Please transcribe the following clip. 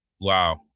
Wow